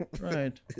Right